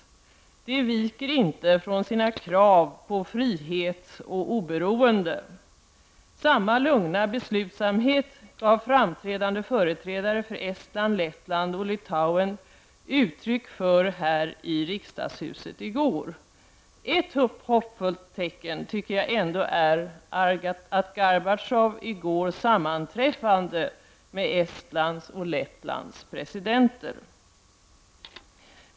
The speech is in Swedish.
De viker inte från sina krav på frihet och oberoende. Samma lugna beslutsamhet gav framträdande företrädare för Estland, Lettland och Litauen uttryck för här i riksdagshuset i går. Ett hoppfullt tecken är ändå att Gorbatjov i går sammanträffade med Estlands och Lettlands presidenter.